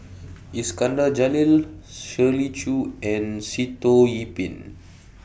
Iskandar Jalil Shirley Chew and Sitoh Yih Pin